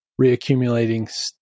reaccumulating